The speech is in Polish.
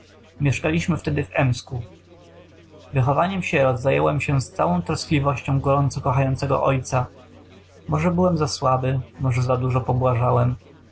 mieszkaliśmy wtedy w m sku wychowaniem sierót zająłem się z całą troskliwością gorąco kochającego ojca może byłem za słaby może za dużo pobłażałem